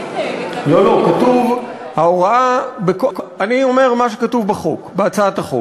לא לא, אני אומר מה שכתוב בהצעת החוק: